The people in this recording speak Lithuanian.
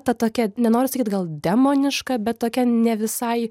ta tokia nenoriu sakyt gal demoniška bet tokia ne visai